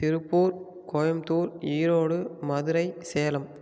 Tiruppur Coimbatore Erode Madurai Salem